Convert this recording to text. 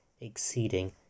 exceeding